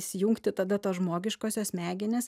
įsijungti tada tos žmogiškosios smegenys